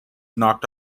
knocked